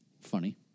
funny